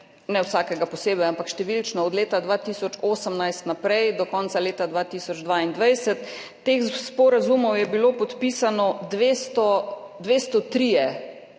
ne vsakega posebej, ampak številčno od leta 2018 naprej do konca leta 2022. Ti sporazumi so bili podpisani 203.